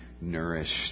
nourished